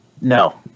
No